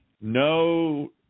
no